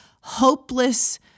hopeless